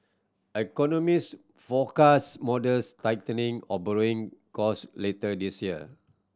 economist forecast modest tightening of borrowing cost later this year